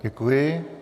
Děkuji.